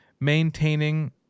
maintaining